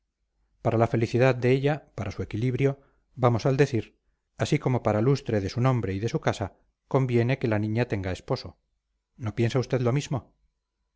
para la felicidad de ella para su equilibrio vamos al decir así como para lustre de su nombre y de su casa conviene que la niña tenga esposo no piensa usted lo mismo